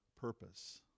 purpose